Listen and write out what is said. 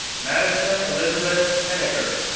madison elizabeth penegar,